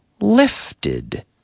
lifted